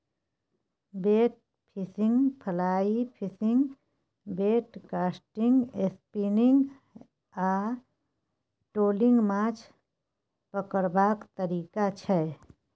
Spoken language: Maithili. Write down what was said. bait fishing, fly fishing, bait casting, spinning आ ट्रोलिंग माछ पकरबाक तरीका छै